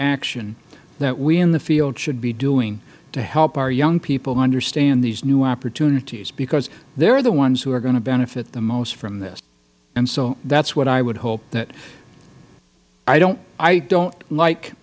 action that we in the field should be doing to help our young people understand these new opportunities because they are the ones who are going to benefit the most from this and so that is what i would hope i don't